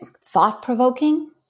Thought-provoking